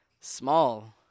Small